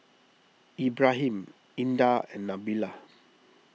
Ibrahim Indah and Nabila